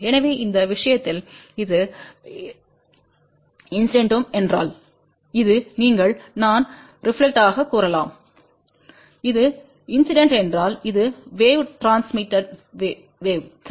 எனவே இந்த விஷயத்தில் இது இன்சிடென்ட்ம் என்றால் இது நீங்கள் தான் ரெப்லக்டெட்தாகக் கூறலாம் இது இன்சிடென்ட் என்றால் இது வேவ் ட்ரான்ஸ்மிட் சரி